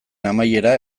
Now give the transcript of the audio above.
amaiera